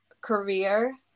career